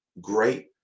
great